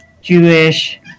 Jewish